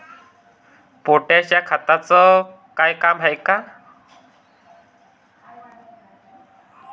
Potash या खताचं काम का हाय?